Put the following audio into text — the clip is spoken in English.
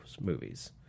movies